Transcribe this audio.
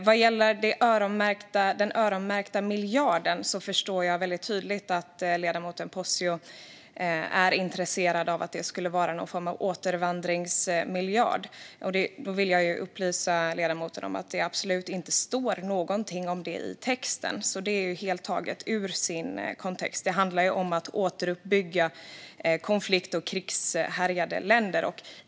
Vad gäller den öronmärkta miljarden förstår jag väldigt tydligt att ledamoten Posio är intresserad av att det skulle vara någon form av återvandringsmiljard. Då vill jag upplysa ledamoten om att det absolut inte står någonting om det i texten, så det är helt taget ur sin kontext. Det handlar ju om att återuppbygga konflikt och krigshärjade länder.